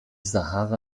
sahara